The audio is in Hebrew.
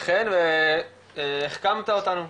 אכן, החכמת אותנו.